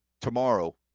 tomorrow